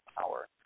power